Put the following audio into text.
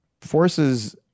forces